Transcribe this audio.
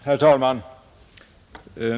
Herr talman!